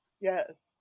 Yes